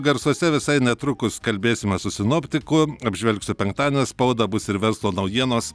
garsuose visai netrukus kalbėsime su sinoptiku apžvelgsiu penktadienio spaudą bus ir verslo naujienos